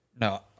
No